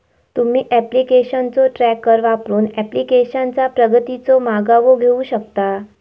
तुम्ही ऍप्लिकेशनचो ट्रॅकर वापरून ऍप्लिकेशनचा प्रगतीचो मागोवा घेऊ शकता